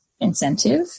incentive